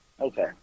Okay